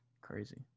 crazy